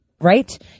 right